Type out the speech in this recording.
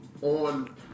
on